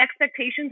expectations